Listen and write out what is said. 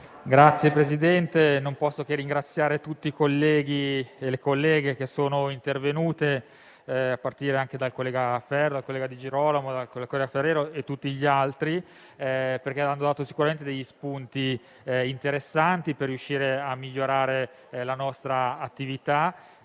Signor Presidente, non posso che ringraziare tutti i colleghi e le colleghe intervenuti, a partire dal collega Ferro alla collega Di Girolamo, Ferrero e tutti gli altri, perché hanno dato sicuramente degli spunti interessanti per riuscire a migliorare la nostra attività,